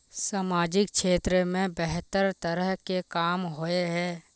सामाजिक क्षेत्र में बेहतर तरह के काम होय है?